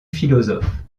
philosophe